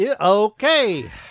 Okay